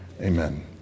Amen